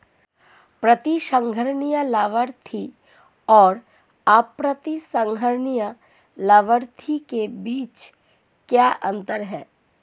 प्रतिसंहरणीय लाभार्थी और अप्रतिसंहरणीय लाभार्थी के बीच क्या अंतर है?